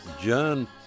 John